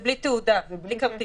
זה בלי תעודה, בלי כרטיס.